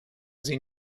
sie